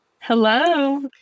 Hello